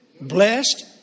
blessed